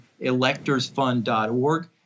electorsfund.org